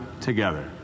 together